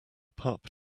pup